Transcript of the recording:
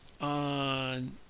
on –